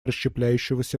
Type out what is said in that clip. расщепляющегося